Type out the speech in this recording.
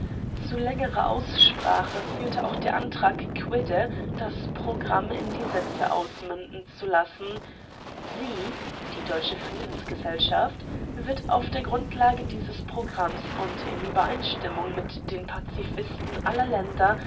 zu längerer aussprache führte auch der antrag quidde das programm in die sätze ausmünden zu lassen sie die deutsche friedensgesellschaft wird auf der grundlage dieses programms und in übereinstimmung mit den pazifisten aller länder